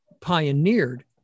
pioneered